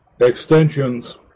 extensions